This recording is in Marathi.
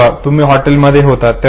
तेव्हा तुम्ही हॉटेलमध्ये होतात